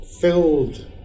filled